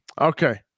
Okay